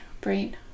brain